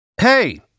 Hey